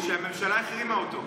שהממשלה החרימה אותו.